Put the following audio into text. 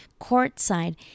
courtside